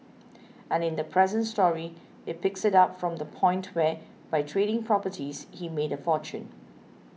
and in the present story it picks it up from the point where by trading properties he's made a fortune